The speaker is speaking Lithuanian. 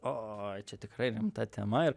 oi čia tikrai rimta tema ir